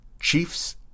Chiefs